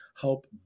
help